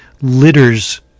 litters